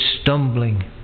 stumbling